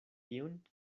ion